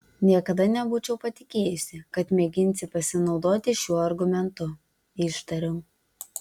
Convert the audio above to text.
niekada nebūčiau patikėjusi kad mėginsi pasinaudoti šiuo argumentu ištariau